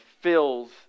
fills